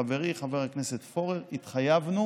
חברי חבר הכנסת פורר התחייבנו